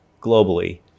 globally